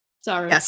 Sorry